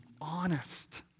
honest